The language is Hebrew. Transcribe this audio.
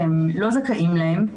שהם לא זכאים להן,